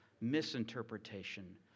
misinterpretation